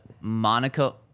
Monaco